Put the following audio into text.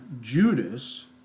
Judas